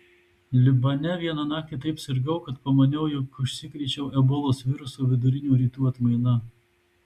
libane vieną naktį taip sirgau kad pamaniau jog užsikrėčiau ebolos viruso vidurinių rytų atmaina